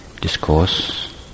discourse